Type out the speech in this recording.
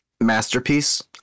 Masterpiece